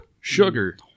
Sugar